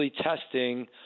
testing